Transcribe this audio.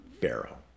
Pharaoh